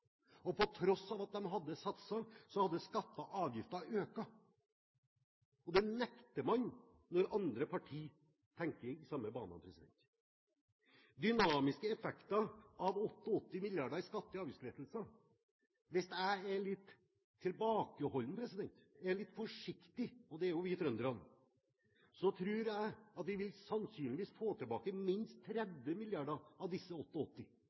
satset. På tross av at den hadde satset, hadde skatter og avgifter økt – og det nekter man når andre partier tenker i de samme baner. Dynamiske effekter av 88 mrd. kr i skatte- og avgiftslettelser – hvis jeg er litt tilbakeholden og litt forsiktig, og det er jo vi trøndere – tror jeg at vi sannsynligvis vil få tilbake minst 30 mrd. kr av